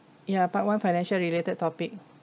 ya part one financial related topic